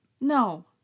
No